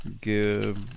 give